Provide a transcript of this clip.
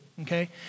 okay